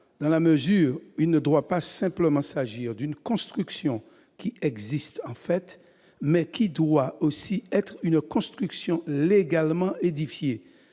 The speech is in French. dans la mesure où il ne doit pas simplement s'agir d'une construction qui existe en fait ; elle doit aussi être une construction légalement édifiée.